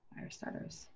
Firestarters